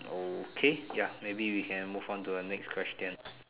okay ya maybe we can move on to the next question